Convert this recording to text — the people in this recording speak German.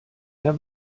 der